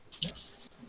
Yes